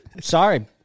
Sorry